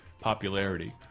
Popularity